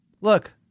look